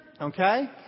Okay